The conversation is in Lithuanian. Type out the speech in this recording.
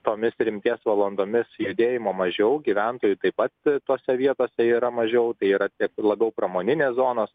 tomis rimties valandomis judėjimo mažiau gyventojų taip pat tose vietose yra mažiau tai yra labiau pramoninės zonos